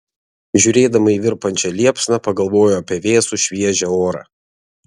žiūrėdama į virpančią liepsną pagalvojau apie vėsų šviežią orą